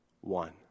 one